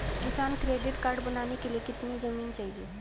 किसान credit card बनाने के लिए कितनी जमीन चाहिए?